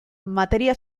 materia